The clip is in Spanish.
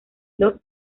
los